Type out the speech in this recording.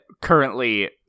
currently